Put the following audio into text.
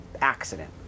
accident